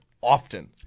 often